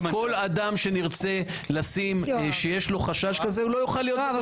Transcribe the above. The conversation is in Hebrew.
יצטרך להיגמר תוך עשרה --- אני לא טוען שזה גם לא יחול על השר דרעי.